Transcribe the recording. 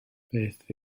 beth